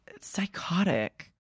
psychotic